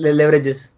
leverages